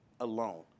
alone